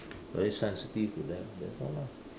very sensitive to them that's all lah